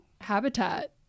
habitat